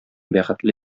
бәхетле